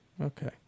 okay